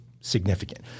significant